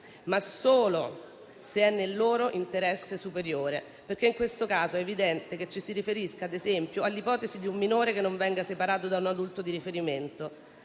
ma solo se è nel loro interesse superiore. Questo perché, in questo caso, è evidente che ci si riferisca, ad esempio, all'ipotesi di un minore che non venga separato da un adulto di riferimento.